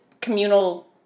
communal